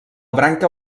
branca